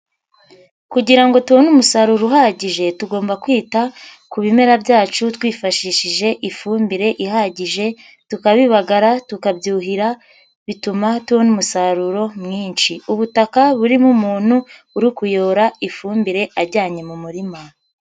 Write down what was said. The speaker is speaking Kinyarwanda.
Kugira ngo tubone umusaruro uhagije tugomba kwita ku bimera byacu twifashishije ifumbire ihagije, tukabibagara, tukabyuhira bituma tubona umusaruro mwinshi, ubutaka burimo umuntu uri kuyora ifumbire ajyanye mu murima.